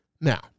Now